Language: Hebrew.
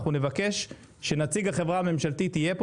אנחנו נבקש שנציג החברה הממשלתית יהיה פה